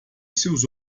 seus